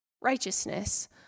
righteousness